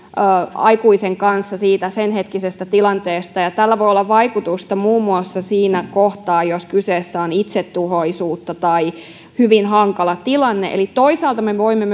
aikuisen kanssa senhetkisestä tilanteesta tällä voi olla vaikutusta muun muassa siinä kohtaa jos kyseessä on itsetuhoisuutta tai hyvin hankala tilanne eli toisaalta me me voimme